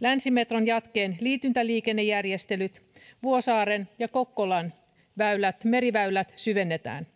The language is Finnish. länsimetron jatkeen liityntäliikennejärjestelyt sekä vuosaaren ja kokkolan meriväylät joita syvennetään